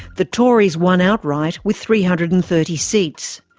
the tories won outright with three hundred and thirty seats.